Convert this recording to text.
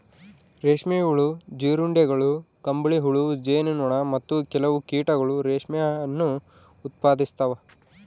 ರೇಷ್ಮೆ ಹುಳು, ಜೀರುಂಡೆಗಳು, ಕಂಬಳಿಹುಳು, ಜೇನು ನೊಣ, ಮತ್ತು ಕೆಲವು ಕೀಟಗಳು ರೇಷ್ಮೆಯನ್ನು ಉತ್ಪಾದಿಸ್ತವ